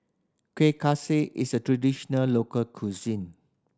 Kuih Kaswi is a traditional local cuisine